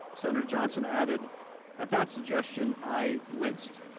senator johnson added at that suggestion i winced.